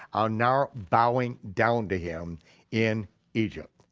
are now bowing down to him in egypt.